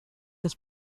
des